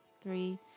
three